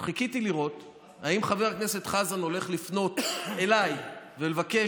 חיכיתי לראות אם חבר הכנסת חזן הולך לפנות אליי ולבקש